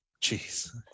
Jeez